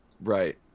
Right